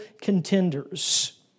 contenders